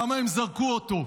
למה הם זרקו אותו?